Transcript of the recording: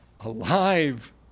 alive